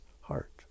heart